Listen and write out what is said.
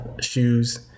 shoes